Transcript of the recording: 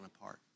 apart